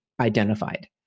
identified